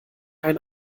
ein